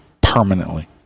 permanently